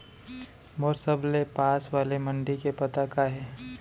मोर सबले पास वाले मण्डी के पता का हे?